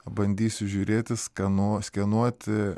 bandysiu žiūrėti skanuo skenuoti